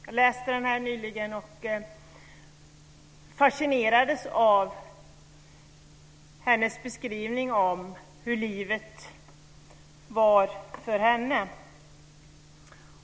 Jag läste den nyligen och fascinerades av hennes beskrivning av hur livet var för henne.